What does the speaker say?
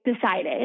decided